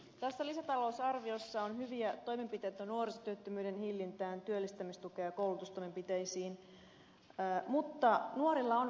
tässä lisätalousarviossa on hyviä toimenpiteitä nuorisotyöttömyyden hillintään työllistämistukeen ja koulutustoimenpiteisiin mutta nuorilla on vaikeaa